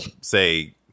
say